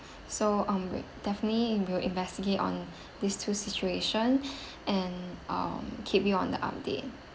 so um will definitely will investigate on these two situation and um keep you on the update